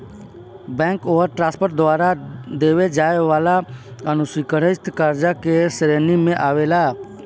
bank overdraft द्वारा देवे जाए वाला असुरकछित कर्जा के श्रेणी मे आवेला